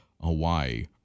hawaii